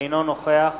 אינו נוכח